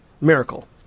miracle